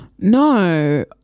No